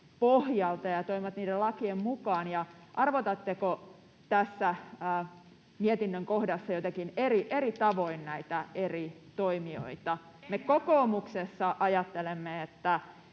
pohjalta ja toimivat niiden lakien mukaan? Arvotatteko tässä mietinnön kohdassa jotenkin eri tavoin näitä eri toimijoita? [Hilkka Kemppi: